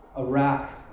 iraq,